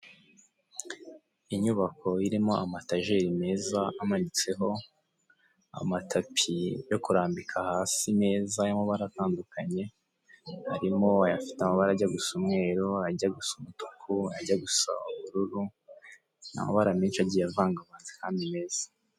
Inyubako irimo amatageri meza amanitseho amatapi yo kurambika hasi neza y'amabara atandukanye arimo ayafite amabara ajya gusa umweru, ajya gusa umutuku, ajya gusa ubururu ni amabara menshi agiye avangavanze kandi meza.